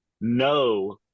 no